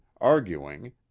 arguing